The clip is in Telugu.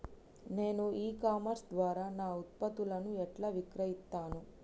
నేను ఇ కామర్స్ ద్వారా నా ఉత్పత్తులను ఎట్లా విక్రయిత్తను?